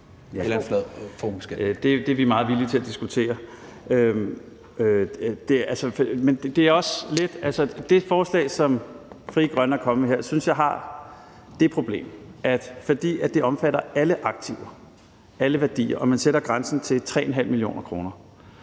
Det er vi meget villige til at diskutere. Men det forslag, som Frie Grønne er kommet med her, synes jeg har det problem, at fordi det omfatter alle aktiver, alle værdier, og man sætter grænsen ved 3,5 mio. kr.,